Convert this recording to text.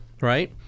right